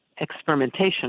experimentation